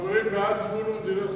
חברים, בעד זבולון, זה ילך